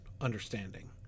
understanding